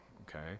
okay